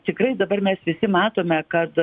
tikrai dabar mes visi matome kad